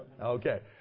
Okay